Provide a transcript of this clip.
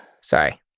sorry